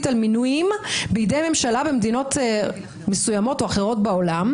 על מינויים בידי ממשלה במדינות מסוימות או אחרות בעולם.